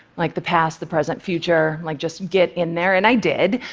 like, the past, the present, future, like just get in there, and i did.